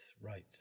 right